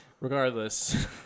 Regardless